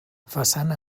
façana